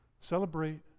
Celebrate